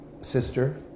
sister